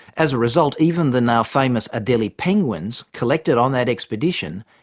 as a result, even the now-famous adelie penguins, collected on that expedition,